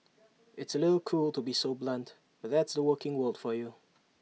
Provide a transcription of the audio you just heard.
it's A little cruel to be so blunt but that's the working world for you